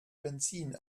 benzin